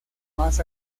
más